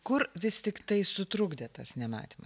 kur vis tiktai sutrukdė tas nematymas